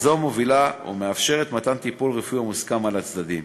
וזו מובילה ומאפשרת מתן טיפול רפואי המוסכם על הצדדים.